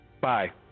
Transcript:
Bye